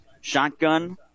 Shotgun